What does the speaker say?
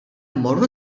mmorru